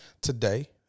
today